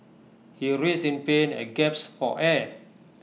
he writhed in pain and gaps for air